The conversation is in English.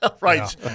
right